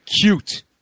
cute